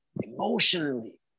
emotionally